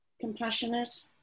compassionate